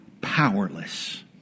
powerless